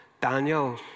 Daniel